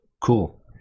Cool